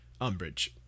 Umbridge